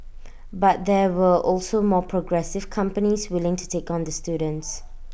but there were also more progressive companies willing to take on the students